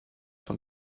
von